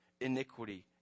iniquity